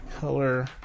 color